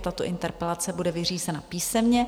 Tato interpelace bude opět vyřízena písemně.